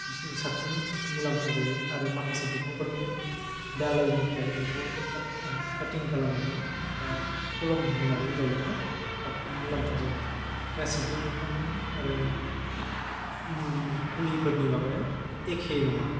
साबसिन मुलामफा जायो आरो माखासे बिफांफोरखौ दालाइनिफ्राय बेखौ काटिं खालामनानै एबा खोलम होनानै गायोब्ला साबसिन मुलाम्फा जायो गासिबो बिफां आरो फुलिफोरनि माबाया एखे नङा